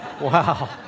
Wow